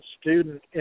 student